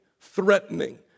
threatening